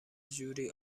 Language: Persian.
جورایی